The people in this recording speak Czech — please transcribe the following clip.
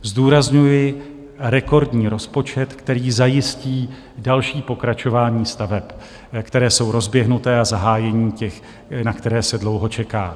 Zdůrazňuji rekordní rozpočet, který zajistí další pokračování staveb, které jsou rozběhnuté, a zahájení těch, na které se dlouho čeká.